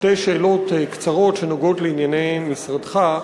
שתי שאלות קצרות שנוגעות לענייני משרדך.